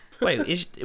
Wait